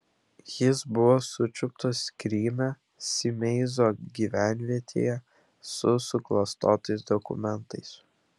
jis buvo sučiuptas kryme simeizo gyvenvietėje su suklastotais dokumentais